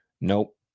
Nope